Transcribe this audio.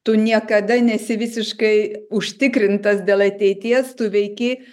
tu niekada nesi visiškai užtikrintas dėl ateities tu veiki